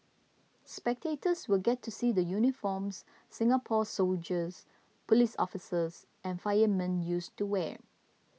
spectators will get to see the uniforms Singapore's soldiers police officers and firemen used to wear